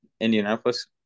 Indianapolis